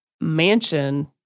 mansion